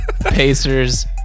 Pacers